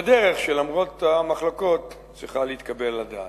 בדרך שלמרות המחלוקות צריכה להתקבל על הדעת.